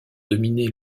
dominer